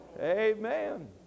Amen